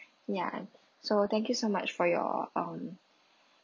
ya so thank you so much for your um